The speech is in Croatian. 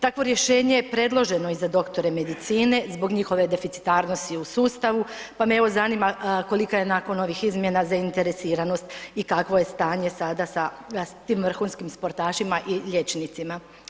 Takvo rješenje je predloženo i za dr. medicine zbog njihove deficitarnosti u sustavu, pa me evo zanima, kolika je nakon ovih izmjena zainteresiranost i kakvo je stanje sada sa s tim vrhunskim sportašima i liječnicima.